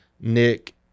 Nick